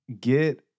Get